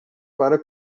para